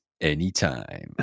anytime